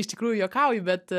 iš tikrųjų juokauju bet